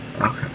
Okay